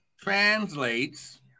translates